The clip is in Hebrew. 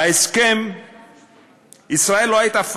בהסכם ישראל לא הייתה פקטור.